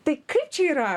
tai kaip čia yra